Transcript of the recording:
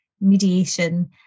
mediation